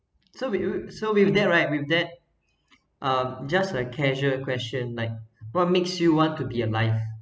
so we~ we so we're dead right we're dead uh just a casual question like what makes you want to be alive